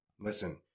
listen